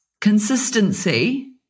consistency